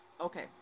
Okay